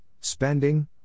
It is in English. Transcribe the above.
spending